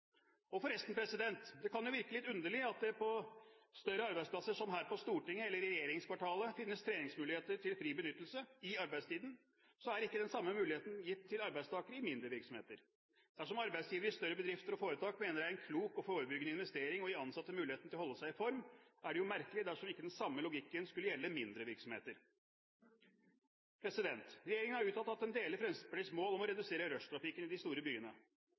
det. Forresten kan det virke litt underlig at det på større arbeidsplasser som her på Stortinget eller i regjeringskvartalet finnes treningsmuligheter til fri benyttelse i arbeidstiden, er ikke den samme muligheten gitt til arbeidstakere i mindre virksomheter. Dersom arbeidsgivere i større bedrifter og foretak mener det er en klok og forebyggende investering å gi ansatte muligheten til å holde seg i form, er det jo merkelig dersom ikke den samme logikken skulle gjelde mindre virksomheter. Regjeringen har uttalt at den deler Fremskrittspartiets mål om å redusere rushtrafikken i de store